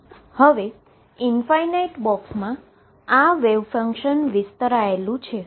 હવે ઈન્ફાઈનાઈટ બોક્સમાં આ વેવ ફંક્શન વિસ્તરાયેલું છે